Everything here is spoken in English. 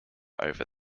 over